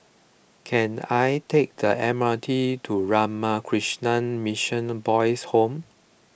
can I take the M R T to Ramakrishna Mission Boys' Home